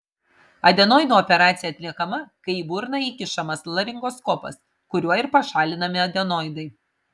adenoidų operacija atliekama kai į burną įkišamas laringoskopas kuriuo ir pašalinami adenoidai